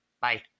Bye